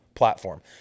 platform